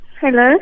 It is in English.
Hello